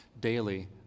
daily